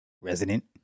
Resident